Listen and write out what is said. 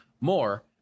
more